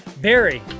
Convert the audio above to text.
Barry